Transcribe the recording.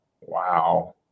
Wow